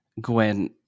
Gwen